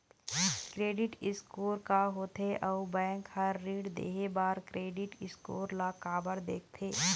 Credit score का होथे अउ बैंक हर ऋण देहे बार क्रेडिट स्कोर ला काबर देखते?